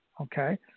okay